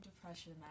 depression